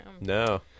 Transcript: no